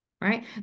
right